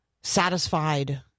satisfied